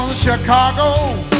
Chicago